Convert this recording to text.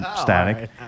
static